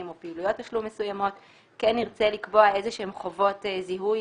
או פעילויות תשלום מסוימות כן נרצה לקבוע חובות זיהוי